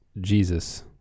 Jesus